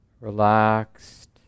relaxed